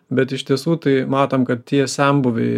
bet iš tiesų tai matom kad tie senbuviai